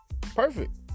perfect